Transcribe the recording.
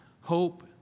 hope